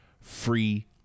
free